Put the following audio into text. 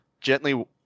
gently